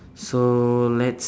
so let's